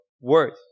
worth